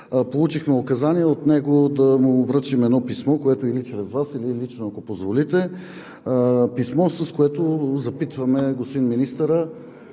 получихме указания от него да му връчим едно писмо, което или чрез Вас, или лично, ако позволите, писмо, с което запитваме господин министъра